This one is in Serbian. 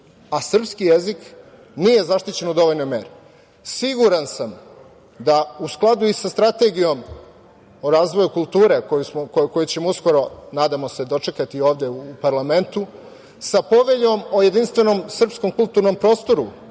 a srpski jezik nije zaštićen u dovoljnoj meri. Siguran sam da u skladu i sa Strategijom o razvoju kulture, koju ćemo uskoro, nadamo se, dočekati ovde u parlamentu, sa Poveljom o jedinstvenom srpskom kulturnom prostoru,